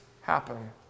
happen